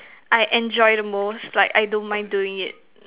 I enjoy the most like I don't mind doing it